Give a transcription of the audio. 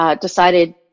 decided